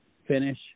finish